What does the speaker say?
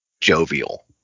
jovial